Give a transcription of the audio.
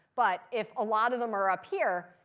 but if a lot of them are up here,